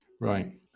right